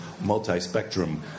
multi-spectrum